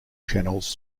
channels